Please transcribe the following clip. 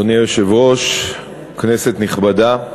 אדוני היושב-ראש, כנסת נכבדה,